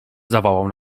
zawołał